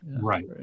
right